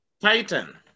Titan